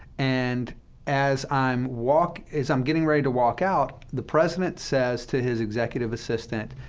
and as i'm walk as i'm getting ready to walk out, the president says to his executive assistant,